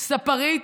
ספרית,